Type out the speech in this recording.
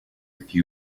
few